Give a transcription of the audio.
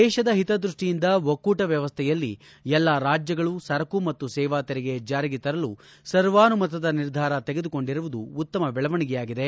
ದೇಶದ ಹಿತ ದೃಷ್ಠಿಯಿಂದ ಒಕ್ಕೂಟ ವ್ಯವಸ್ಥೆಯಲ್ಲಿ ಎಲ್ಲಾ ರಾಜ್ಯಗಳು ಸರಕು ಮತ್ತು ಸೇವಾ ತೆರಿಗೆ ಜಾರಿಗೆ ತರಲು ಸರ್ವಾಸುಮತದ ನಿರ್ಧಾರ ತೆಗೆದುಕೊಂಡಿರುವುದು ಉತ್ತಮ ಬೆಳವಣಿಗೆಯಾಗಿದೆ